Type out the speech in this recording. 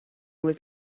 was